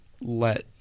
let